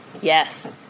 Yes